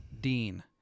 Dean